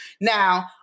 now